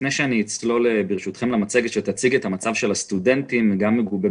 לפני שאצלול למצגת שתציג את מצב הסטודנטים המגובה